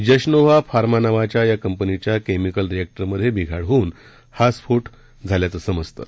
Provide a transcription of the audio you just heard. जशनोव्हा pharma नावाच्या या कंपनीच्या केमिकल रिअॅक उमध्ये बिघाड होऊन हा स्फो झाल्याचं समजतं